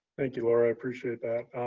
thank you, laura, appreciate that.